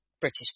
British